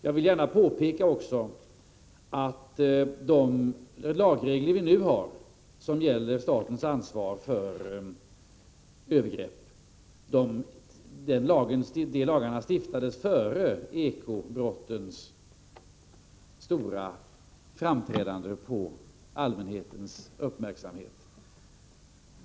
Jag vill också gärna påpeka att de lagar som nu reglerar statens ansvar för övergrepp stiftades innan eko-brotten i så stor utsträckning blev föremål för allmänhetens uppmärksamhet.